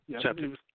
Chapter